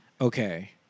okay